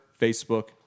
Facebook